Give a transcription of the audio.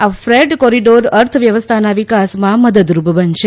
આ freight corridor અર્થવ્યવસ્થાના વિકાસમાં મદદરૂપ બનશે